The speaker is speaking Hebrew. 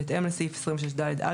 בהתאם לסעיף 26ד(א),